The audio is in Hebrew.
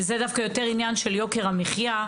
וזה דווקא יותר עניין של יוקר המחייה.